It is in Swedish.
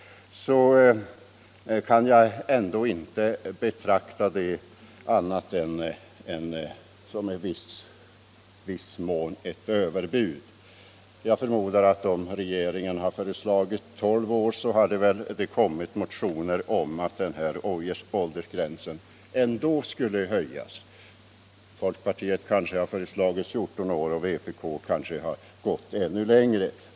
Jag kan emellertid inte förså annat än att deras förslag i viss mån är överbud. Om regeringen hade föreslagit tolv år förmodar jag att folkpartiet kanske hade föreslagit en höjning till fjorton år och att vpk eventuellt gått ännu längre.